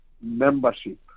membership